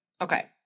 Okay